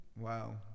Wow